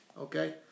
Okay